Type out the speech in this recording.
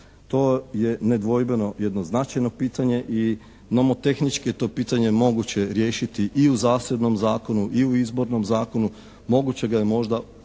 To je nedvojbeno jedno značajno pitanje i nomotehnički je to pitanje moguće riješiti i u zasebnom zakonu i u izbornom zakonu. Moguće ga je možda,